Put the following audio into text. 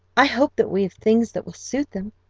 i hope that we have things that will suit them.